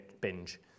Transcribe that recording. binge